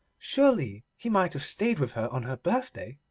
surely he might have stayed with her on her birthday.